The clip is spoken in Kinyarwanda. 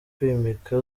kwimika